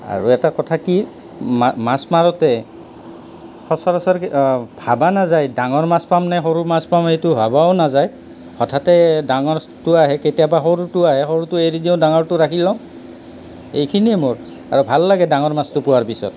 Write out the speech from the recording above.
আৰু এটা কথা কি মা মাছ মাৰোঁতে সচৰাচৰ ভবা নাযায় ডাঙৰ মাছ পামনে সৰু মাছ পাম সেইটো ভবাও নাযায় হঠাতে ডাঙৰটো আহে কেতিয়াবা সৰুটো আহে সৰুটো এৰি দিওঁ ডাঙৰটো ৰাখি দিওঁ এইখিনিয়ে মোৰ আৰু ভাল লাগে ডাঙৰ মাছটো পোৱাৰ পিছত